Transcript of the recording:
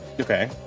Okay